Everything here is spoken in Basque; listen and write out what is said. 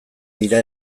dira